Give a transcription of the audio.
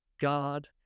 God